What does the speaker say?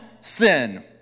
sin